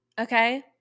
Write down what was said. okay